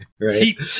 Right